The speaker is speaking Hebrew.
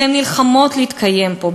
והן נלחמות להתקיים פה,